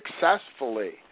successfully